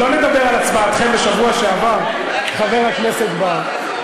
לא, לא נדבר על הצבעתכם בשבוע שעבר, חבר הכנסת בר.